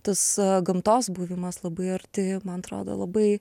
tas gamtos buvimas labai arti man atrodo labai